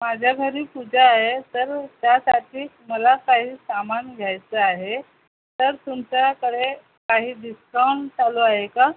माझ्या घरी पूजा आहे तर त्यासाठी मला काही सामान घ्यायचं आहे तर तुमच्याकडे काही डिस्काउंट चालू आहे का